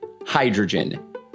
hydrogen